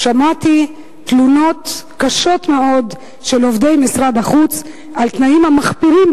שמעתי תלונות קשות מאוד של עובדי משרד החוץ על התנאים המחפירים,